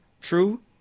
true